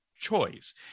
choice